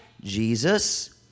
Jesus